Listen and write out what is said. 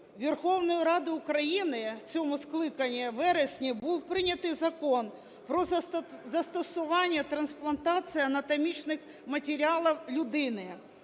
Верховною Радою України в цьому скликанні у вересні був прийнятий Закон "Про застосування трансплантації анатомічних матеріалів людині".